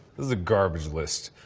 this is a garbage list.